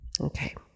Okay